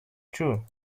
true